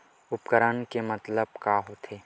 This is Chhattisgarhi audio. उपकरण के मतलब का होथे?